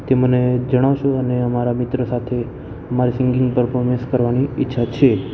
તે મને જણાવશો અને અમારા મિત્રો સાથે મારે સિંગિંગ પરફોર્મન્સ કરવાની ઈચ્છા છે